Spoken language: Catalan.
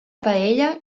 paella